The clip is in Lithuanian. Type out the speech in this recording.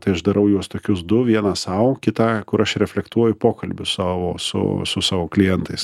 tai aš darau juos tokius du vieną sau kitą kur aš reflektuoju pokalbius savo su su savo klientais